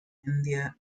india